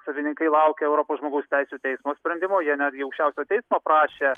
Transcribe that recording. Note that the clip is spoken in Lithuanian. savininkai laukia europos žmogaus teisių teismo sprendimo jie netgi aukščiausio teismo prašė